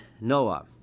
Noah